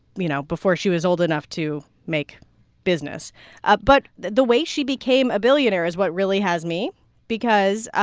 you know, before she was old enough to make business ah but the way she became a billionaire is what really has me because